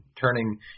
turning